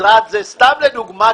סתם לדוגמה,